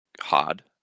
hard